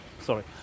sorry